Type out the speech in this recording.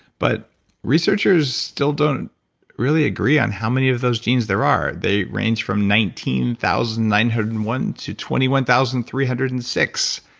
but researchers still don't really agree on how many of those genes there are. they range from nineteen thousand nine hundred and one to twenty one thousand three hundred and six.